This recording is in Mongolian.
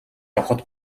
авахад